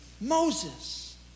Moses